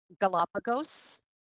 Galapagos